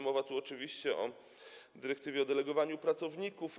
Mowa tu oczywiście o dyrektywie o delegowaniu pracowników.